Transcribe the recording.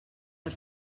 per